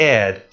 add